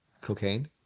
Cocaine